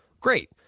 great